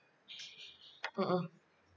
mmhmm